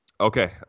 Okay